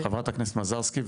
חברת הכנסת מזרסקי.